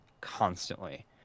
constantly